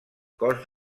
cos